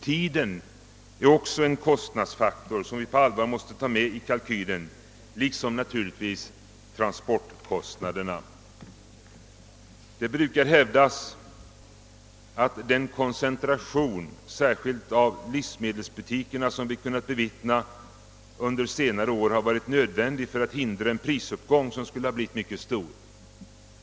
Tiden är också en kostnadsfaktor som vi på allvar måste ta med i kalkylen, liksom naturligtvis transportkostnaderna. Det brukar hävdas att den koncentration, särskilt av livsmedelsbutikerna, som vi kunnat bevittna under senare år har varit nödvändig för att hindra en prisuppgång som skulle ha blivit mycket stor.